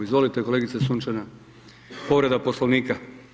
Izvolite kolegice Sunčana, povreda poslovnika.